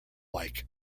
like